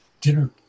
dinner